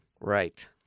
Right